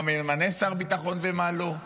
מה ממנה שר ביטחון ומה לא?